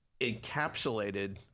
encapsulated